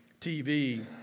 TV